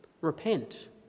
repent